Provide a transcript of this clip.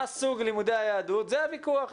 מה סוג למודי היהדות, זה הוויכוח.